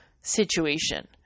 situation